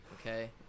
Okay